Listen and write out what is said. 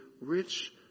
rich